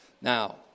Now